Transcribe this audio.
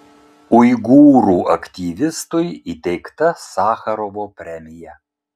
uigūrų aktyvistui įteikta sacharovo premija